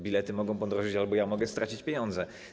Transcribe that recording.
Bilety mogą podrożeć albo ja mogę stracić pieniądze.